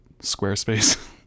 Squarespace